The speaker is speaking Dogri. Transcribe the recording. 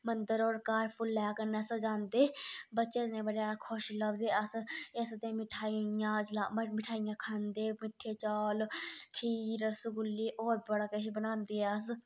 मंदर होर घर फुल्ले कन्नै सजांदे बच्चे इन्ने बड़े ज्यादे खुश लब्भदे अस इस दिन मिठाई इ'यां मिठाईया खांदे मिट्ठे चौल खीर रसगुल्ले होर बड़ा किश बनादे अस